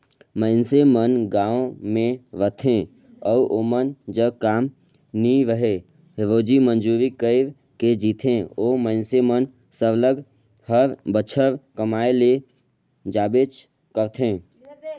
मइनसे मन गाँव में रहथें अउ ओमन जग काम नी रहें रोजी मंजूरी कइर के जीथें ओ मइनसे मन सरलग हर बछर कमाए ले जाबेच करथे